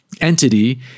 entity